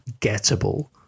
gettable